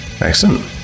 excellent